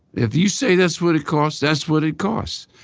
if you say that's what it costs, that's what it costs.